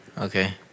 Okay